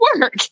work